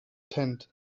tent